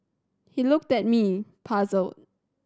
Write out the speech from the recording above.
he looked at me puzzled